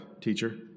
teacher